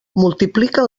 multipliquen